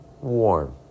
warm